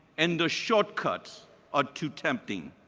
and the shortcuts are too tempting.